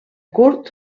curt